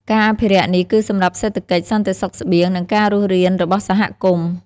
ការអភិរក្សនេះគឺសម្រាប់សេដ្ឋកិច្ច សន្តិសុខស្បៀង និងការរស់រានរបស់សហគមន៍។